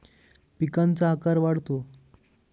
पिकांचा आकार वाढतो